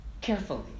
carefully